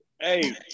Hey